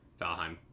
Valheim